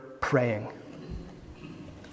praying